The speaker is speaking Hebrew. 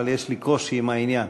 אבל יש לי קושי עם העניין.